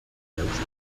veus